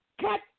Cut